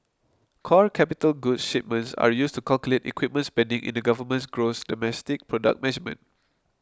core capital goods shipments are used to calculate equipment spending in the government's gross domestic product measurement